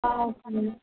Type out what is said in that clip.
ఉంటాను మేడం